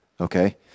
okay